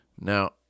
Now